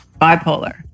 bipolar